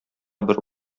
бер